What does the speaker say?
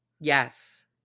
Yes